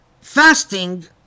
Fasting